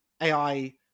AI